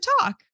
talk